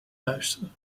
luisteren